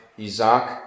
Isaac